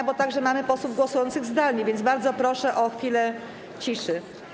Mamy także posłów głosujących zdalnie, więc bardzo proszę o chwilę ciszy.